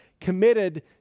committed